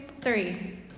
three